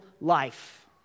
life